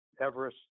Everest